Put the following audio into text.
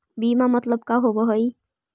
बीमा मतलब का होव हइ?